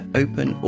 open